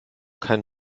kein